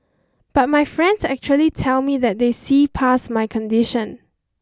but my friends actually tell me that they see past my condition